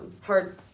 hard